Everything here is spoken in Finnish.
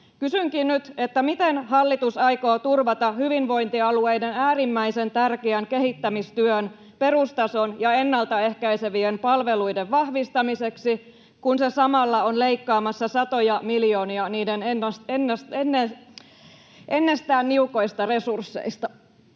Kysynkin nyt: miten hallitus aikoo turvata hyvinvointialueiden äärimmäisen tärkeän kehittämistyön perustason ja ennalta ehkäisevien palveluiden vahvistamiseksi, kun se samalla on leikkaamassa satoja miljoonia niiden ennestään niukoista resursseista?